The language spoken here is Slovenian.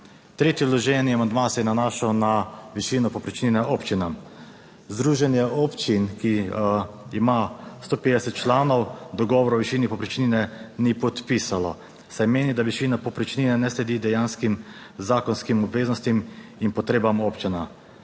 Tretji vloženi amandma se je nanašal na višino povprečnine občinam. Združenje občin, ki ima 150 članov, dogovora o višini povprečnine ni podpisalo, saj meni, da višina povprečnine ne sledi dejanskim zakonskim obveznostim in potrebam občin.